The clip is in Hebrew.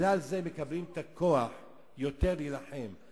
בגלל זה מקבלים את הכוח להילחם יותר.